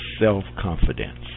self-confidence